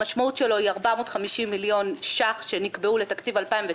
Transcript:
המשמעות שלו היא 450 מיליון שקלים שנקבעו לתקציב 2019,